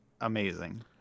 amazing